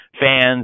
fans